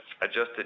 adjusted